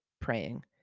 praying